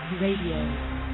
Radio